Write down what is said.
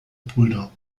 brüder